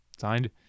Signed